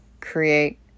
create